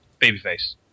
babyface